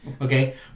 Okay